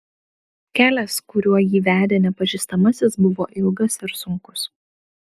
kelias kuriuo jį vedė nepažįstamasis buvo ilgas ir sunkus